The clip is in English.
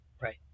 right